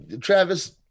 travis